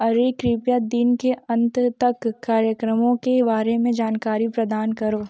अरे कृपया दिन के अंत तक कार्यक्रमों के बारे में ज़ानकारी प्रदान करो